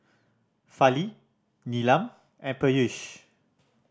Fali Neelam and Peyush